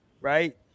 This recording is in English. right